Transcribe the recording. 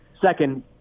Second